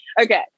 okay